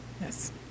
Yes